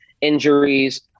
Injuries